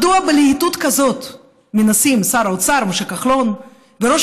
מדוע בלהיטות כזאת מנסים שר האוצר משה כחלון וראש